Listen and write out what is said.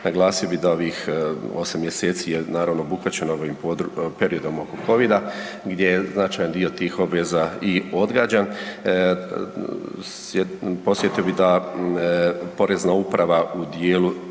Naglasio bi da ovih 8 mjeseci je naravno obuhvaćeno ovim periodom od kovida gdje je značajan dio tih obveza i odgađan. Podsjetio bih da Porezna uprava u dijelu